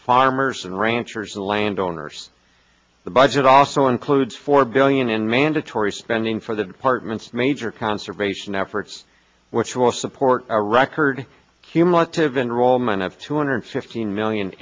farmers and ranchers and landowners the budget also includes four billion in mandatory spending for the department's major conservation efforts which will support a record cumulative enrollment of two hundred fifteen million